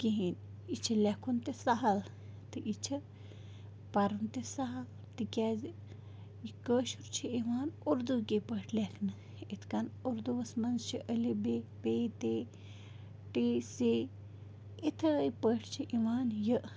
کِہیٖنۍ یہِ چھِ لٮ۪کھُن تہِ سہل تہٕ یہِ چھِ پَرُن تہِ سہل تِکیٛازِ یہِ کٲشُر چھِ یِوان اُردو کی پٲٹھۍ لیکھنہٕ یِتھ کَن اُردوٗوَس منٛز چھِ ا ب پ ت ٹ ث یِتھَے پٲٹھۍ چھِ یِوان یہِ